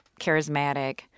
charismatic